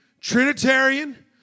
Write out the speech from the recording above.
Trinitarian